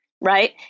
right